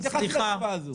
אני התייחסתי לתשובה הזאת.